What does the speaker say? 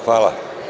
Hvala.